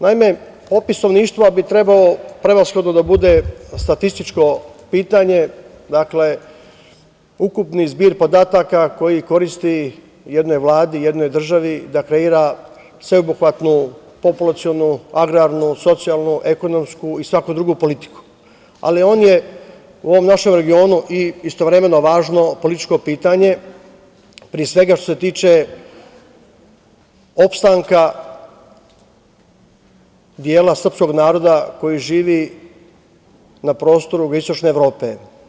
Naime, popis stanovništva bi trebao prevashodno da bude statističko pitanje, dakle ukupni zbir podataka koji koristi jednoj vladi, jednoj državi da kreira sveobuhvatnu, populacionu, agrarnu, socijalnu, ekonomsku i svaku drugu politiku, ali on je u ovom našem regionu i istovremeno važno političko pitanje, pre svega što se tiče opstanka dela srpskog naroda koji živi na prostoru Jugoistočne Evrope.